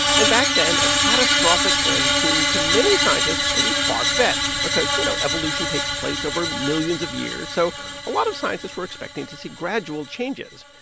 and back then, a catastrophic end seemed to many scientists pretty far-fetched because, you know, evolution takes place over millions of years. so a lot of scientists were expecting to see gradual changes.